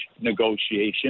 negotiation